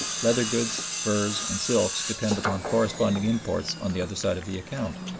leather goods, furs, and silks depend upon corresponding imports on the other side of the account.